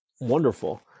wonderful